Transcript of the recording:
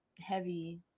heavy